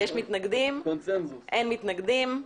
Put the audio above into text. אין מתנגדים,